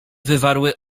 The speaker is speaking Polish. wywarły